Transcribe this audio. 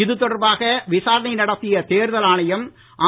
இது தொடர்பாக விசாரணை நடத்திய தேர்தல் ஆணையம் ஆ